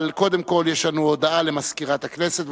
אבל קודם כול יש לנו הודעה למזכירת הכנסת.